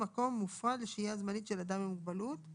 "מקום מופרד לשהייה זמנית של אדם עם מוגבלות";